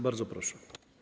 Bardzo proszę.